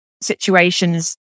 situations